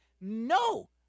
No